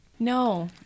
No